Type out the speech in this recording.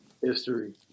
history